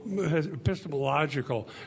epistemological